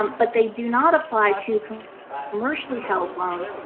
um but they do not apply to commercially held loans,